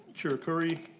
cherukuri,